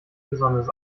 besonders